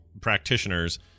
practitioners